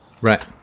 Right